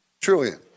trillion